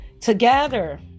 Together